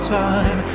time